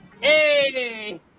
Hey